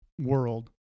world